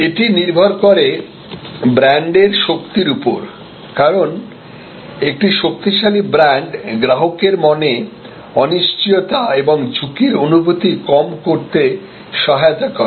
এটি নির্ভর করে ব্র্যান্ডের শক্তির উপর কারণ একটি শক্তিশালী ব্র্যান্ড গ্রাহকের মনে অনিশ্চয়তা এবং ঝুঁকির অনুভূতি কম করতে সহায়তা করে